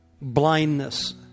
blindness